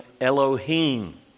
Elohim